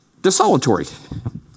Desolatory